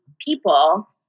people